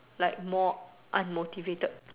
like more unmotivated